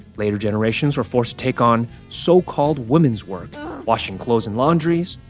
later generations were forced take on so-called women's work washing clothes and laundries,